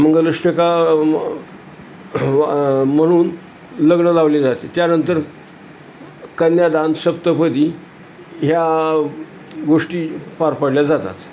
मंगलाष्टका म्हणून लग्न लावले जाते त्यानंतर कन्यादान सप्तपदी ह्या गोष्टी पार पाडल्या जातात